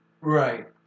Right